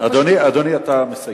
אתה פשוט, אדוני, אתה מסיים.